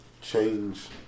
change